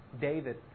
David